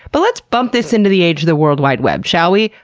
but let's bump this into the age of the worldwide web, shall we?